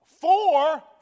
four